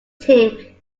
team